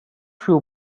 shoe